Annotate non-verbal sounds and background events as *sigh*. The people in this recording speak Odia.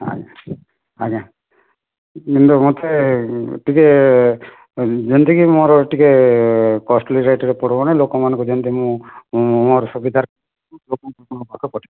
ଆଜ୍ଞା ଆଜ୍ଞା ମୋତେ ଟିକିଏ ଯେମିତିକି ମୋର ଟିକିଏ କଷ୍ଟ୍ଲି ରେଟ୍ରେ ପଡ଼ିବ ନାହିଁ ଲୋକମାନଙ୍କୁ ଯେମିତି ମୁଁ ମୋର ସୁବିଧାରେ *unintelligible*